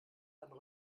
einen